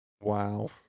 Wow